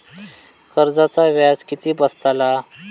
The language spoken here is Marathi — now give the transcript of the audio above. कर्जाचा व्याज किती बसतला?